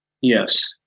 Yes